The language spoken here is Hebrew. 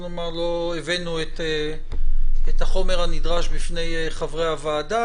לא הבאנו את החומר הנדרש בפני חברי הוועדה,